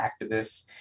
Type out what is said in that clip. activists